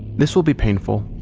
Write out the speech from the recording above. this will be painful.